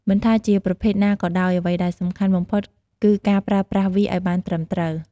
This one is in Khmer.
មិនថាជាប្រភេទណាក៏ដោយ អ្វីដែលសំខាន់បំផុតគឺការប្រើប្រាស់វាឱ្យបានត្រឹមត្រូវ។